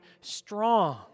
strong